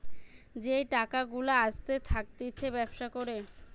যেই টাকা গুলা আসতে থাকতিছে ব্যবসা করে